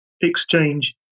exchange